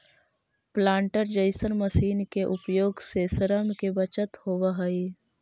planter जईसन machine के उपयोग से श्रम के बचत होवऽ हई